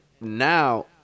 now